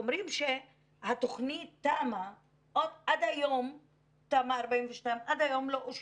אומרים שתמ"א/42 עד היום לא אושרה,